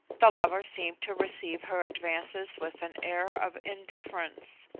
the lover seemed to receive her advances with an air of indifference.